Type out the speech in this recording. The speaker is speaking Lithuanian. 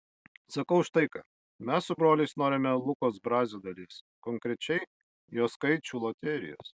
sakau štai ką mes su broliais norime lukos brazio dalies konkrečiai jo skaičių loterijos